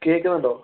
കേൾക്കുന്നുണ്ടോ